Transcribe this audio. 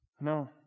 No